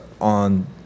on